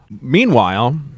Meanwhile